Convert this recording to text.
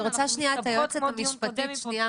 אני רוצה שנייה את היועצת המשפטית שנייה.